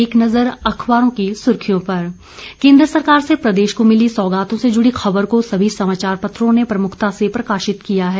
एक नजर अखबारों की सुर्खियों पर केंद्र सरकार से प्रदेश को मिली सौगातों से जुड़ी खबर को सभी समाचार पत्रों ने प्रमुखता से प्रकाशित किया है